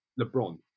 LeBron